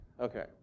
Okay